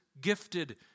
gifted